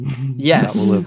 Yes